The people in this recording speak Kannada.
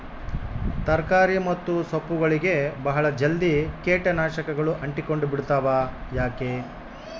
ತರಕಾರಿ ಮತ್ತು ಸೊಪ್ಪುಗಳಗೆ ಬಹಳ ಜಲ್ದಿ ಕೇಟ ನಾಶಕಗಳು ಅಂಟಿಕೊಂಡ ಬಿಡ್ತವಾ ಯಾಕೆ?